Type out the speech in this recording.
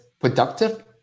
Productive